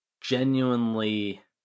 genuinely